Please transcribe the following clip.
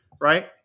Right